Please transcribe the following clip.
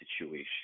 situation